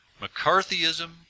McCarthyism